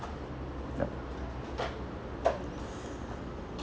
ya